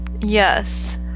Yes